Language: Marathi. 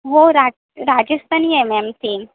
हो रा राजस्थानी आहे मॅम थीम